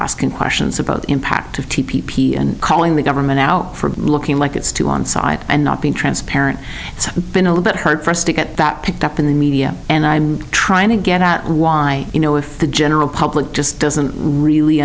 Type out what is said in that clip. asking questions about the impact of t p and calling the government out for looking like it's to one side and not being transparent it's been a bit hard for us to get that picked up in the media and i'm trying to get at why you know if the general public just doesn't really